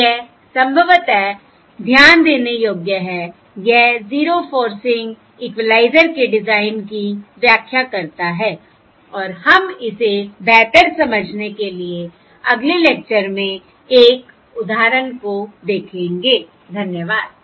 यह संभवतः ध्यान देने योग्य है यह 0 फॉर्सिंग इक्विलाइजर के डिजाइन की व्याख्या करता है और हम इसे बेहतर समझने के लिए अगले लेक्चर में एक उदाहरण को देखेंगे धन्यवाद